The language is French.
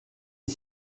est